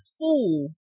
fool